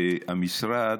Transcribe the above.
והמשרד,